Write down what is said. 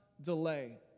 delay